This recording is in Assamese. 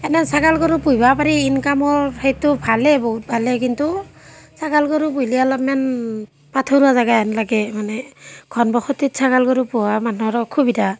এনে ছাগাল গৰু পুহিব পাৰি ইনকামৰ সেইটো ভালেই বহুত ভালেই কিন্তু ছাগাল গৰু পুহিলে অলপমান পাথৰুৱা জেগা হেন লাগে মানে ঘন বসতিত ছাগাল গৰু পোহা মানুহৰ অসুবিধা